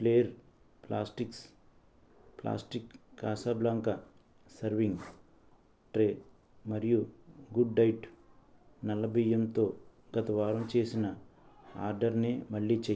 flare Plastics plastic Casa Blanca serving tray మరియు Good Diet నల్ల బియ్యంతో గత వారం చేసిన ఆర్డరర్నే మళ్ళీ చేయి